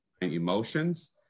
emotions